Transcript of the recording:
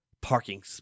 Parking